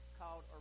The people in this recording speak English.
called